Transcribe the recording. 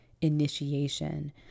initiation